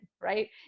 right